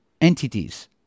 entities